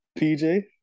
PJ